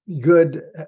good